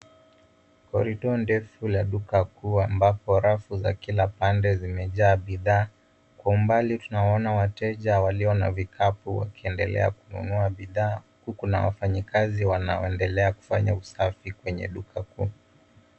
Korido ndefu la duka kuu ambapo rafu za kila pande zimejaa bidhaa. Kwa umbali tunawaona wateja waliona vikapu wakiendelea kununua bidhaa huku na wafanyikazi wanaoendelea kufanya usafi kwenye duka kuu.